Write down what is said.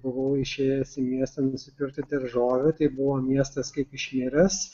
buvau išėjęs į miestą nusipirkti daržovių tai buvo miestas kaip išmiręs